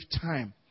time